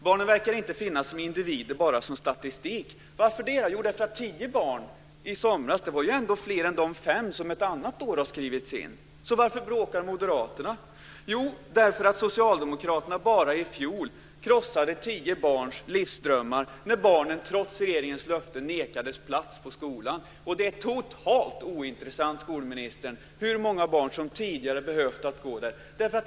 Barnen verkar inte finnas som individer, bara som statistik. Varför? Jo, därför att det handlade om 10 barn i somras, vilket ändå var fler än de 5 som skrevs in ett annat år. Så varför bråkar Moderaterna? Jo, därför att Socialdemokraterna bara i fjol krossade 10 barns livsdrömmar när barnen trots regeringens löfte nekades plats på skolan. Och det är totalt ointressant, skolministern, hur många barn som tidigare behövt gå där.